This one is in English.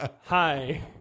hi